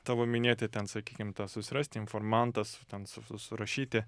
tavo minėti ten sakykim susirasti informantas ten su surašyti